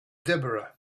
deborah